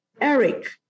Eric